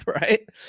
right